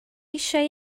eisiau